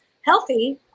healthy